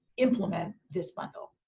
implement, this bundle.